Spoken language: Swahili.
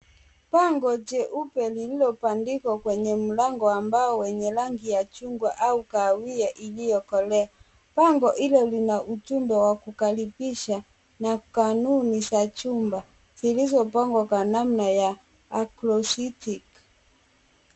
Bango jeupe lililobandikwa kwenye mlango wa mbao wenye rangi ya chungwa au kahawia iliyokolea. Bango hilo lina ujumbe wa kukaribisha na kanuni za chumba zilizopangwa kwa namna ya aprocitic